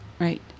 right